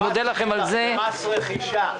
אני מודה לכם על הרצון הטוב ומודה לחברי הכנסת.